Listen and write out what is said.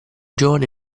giovane